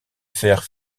faire